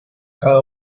cada